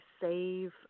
save